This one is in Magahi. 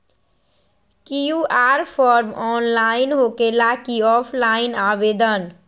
कियु.आर फॉर्म ऑनलाइन होकेला कि ऑफ़ लाइन आवेदन?